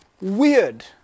weird